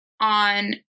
on